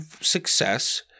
success